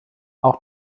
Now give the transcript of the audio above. auch